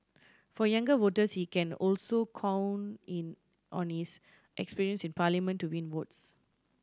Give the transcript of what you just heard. for younger voters he can also count in on his experience in Parliament to win votes